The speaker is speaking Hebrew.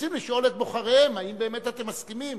ורוצים לשאול את בוחריהם האם באמת אתם מסכימים